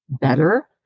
better